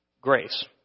grace